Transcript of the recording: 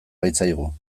baitzaigu